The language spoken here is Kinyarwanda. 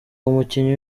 umukinnyi